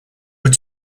were